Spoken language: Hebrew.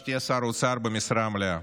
שתהיה שר אוצר במשרה מלאה.